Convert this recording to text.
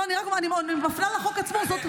לא, אני מפנה לחוק עצמו.